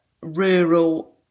rural